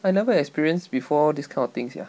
I never experienced before this kind of thing sia